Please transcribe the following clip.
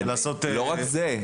לא רק זה.